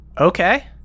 Okay